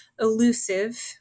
elusive